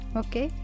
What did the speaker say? okay